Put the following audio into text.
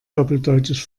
doppeldeutig